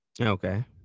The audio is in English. Okay